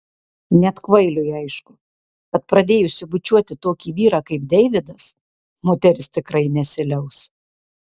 net kvailiui aišku kad pradėjusi bučiuoti tokį vyrą kaip deividas moteris tikrai nesiliaus